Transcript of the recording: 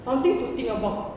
something to think about